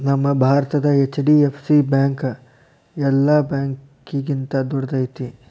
ನಮ್ಮ ಭಾರತದ HDFC bank ಯೆಲ್ಲಾ ಬ್ಯಾಂಕ್ಗಿಂತಾ ದೊಡ್ದೈತಿ